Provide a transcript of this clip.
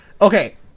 Okay